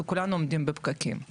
אנחנו כולנו עומדים בפקקים,